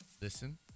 Listen